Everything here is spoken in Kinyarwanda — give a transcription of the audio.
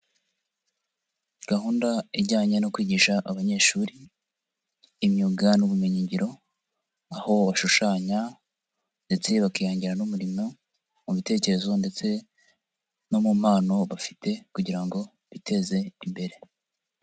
Gahunda ijyanye no kwigisha abanyeshuri, imyuga n'ubumenyiyingiro, aho bashushanya ndetse bakihangira n'umurimo, mu bitekerezo ndetse no mu mpano bafite kugira ngo biteze imbere.